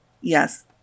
Yes